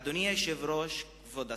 אדוני היושב-ראש, כבוד השר,